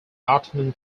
ottoman